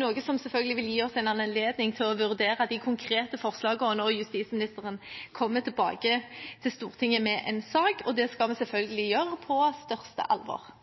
noe som selvfølgelig vil gi oss en anledning til å vurdere de konkrete forslagene når justisministeren kommer tilbake til Stortinget med en sak, og det skal vi selvfølgelig gjøre på største alvor.